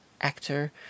actor